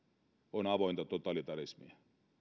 on avointa totalitarismia